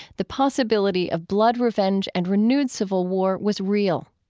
the possibility of blood revenge and renewed civil war was real.